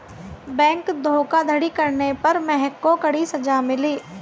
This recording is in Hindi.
बैंक धोखाधड़ी करने पर महक को कड़ी सजा मिली